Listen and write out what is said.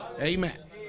Amen